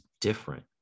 different